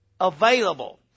available